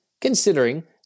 considering